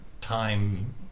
time